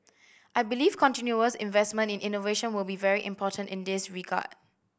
I believe continuous investment in innovation will be very important in this regard